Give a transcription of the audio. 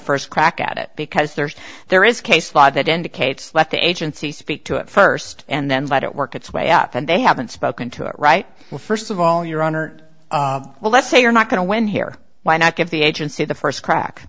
first crack at it because there's there is case law that indicates left the agency speak to it first and then let it work its way up and they haven't spoken to it right well first of all your honor well let's say you're not going to win here why not give the agency the first crack